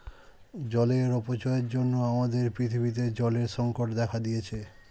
জলের অপচয়ের জন্য আমাদের পৃথিবীতে জলের সংকট দেখা দিয়েছে